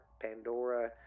Pandora